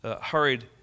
hurried